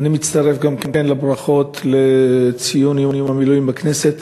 אני מצטרף גם כן לברכות לציון יום המילואים בכנסת.